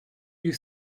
you